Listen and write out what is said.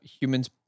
humans